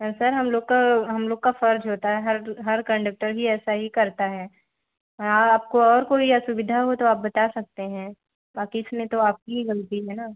हाँ सर हम लोग का हम लोग का फर्ज होता है हर कन्डक्टर भी ऐसा ही करता है हाँ आपको और कोई असुविधा हो तो आप बता सकते हैं बाकी इसमें तो आपकी ही गलती है ना